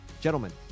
Gentlemen